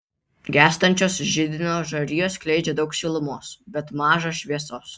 gęstančios židinio žarijos skleidžia daug šilumos bet maža šviesos